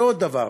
ועוד דבר,